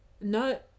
No